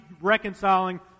reconciling